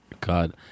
God